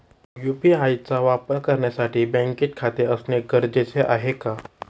UPI चा वापर करण्यासाठी बँकेत खाते असणे गरजेचे आहे का?